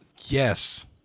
Yes